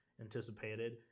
anticipated